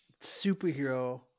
superhero